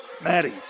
Maddie